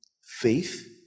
faith